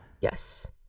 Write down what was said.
Yes